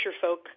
folk